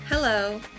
Hello